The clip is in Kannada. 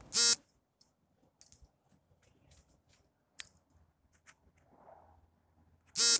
ಸೂಕ್ತ ಬೆಳೆಗಳ ನಿರೀಕ್ಷೆಯನ್ನು ಋತುಮಾನದ ಆಧಾರದ ಮೇಲೆ ಅಂತಿಮ ಮಾಡಬಹುದೇ?